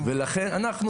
נכון,